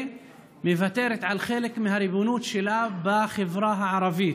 מוותרת על חלק מהריבונות שלה בחברה הערבית.